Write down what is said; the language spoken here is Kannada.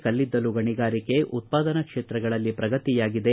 ಕಲ್ಲಿದ್ದಲು ಗಣಿಗಾರಿಕೆ ಉತ್ಪಾದನಾ ಕ್ಷೇತ್ರಗಳಲ್ಲಿ ಪ್ರಗತಿಯಾಗಿದೆ